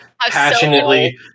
passionately